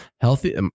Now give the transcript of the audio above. Healthy